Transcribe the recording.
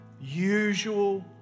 usual